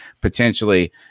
potentially